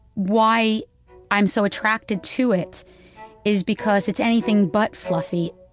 why i'm so attracted to it is because it's anything but fluffy